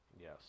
Yes